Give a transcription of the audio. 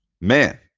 Man